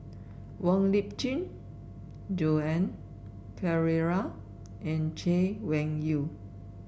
Wong Lip Chin Joan Pereira and Chay Weng Yew